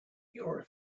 your